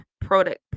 product